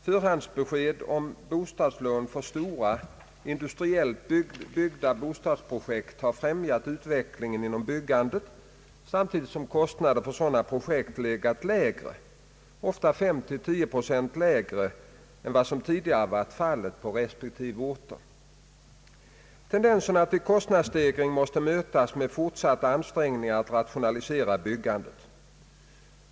Förhandsbesked om bostadslån för stora, industriellt byggda bostadsprojekt har främjat utvecklingen inom byggandet samtidigt som kostnaderna för sådana projekt 1egat lägre, ofta 5—10 procent lägre, än vad som tidigare varit vanligt på respektive ort. Tendenserna till kostnadsstegring måste mötas med fortsatta ansträngningar att rationalisera byggandet.